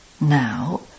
Now